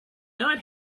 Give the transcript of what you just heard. not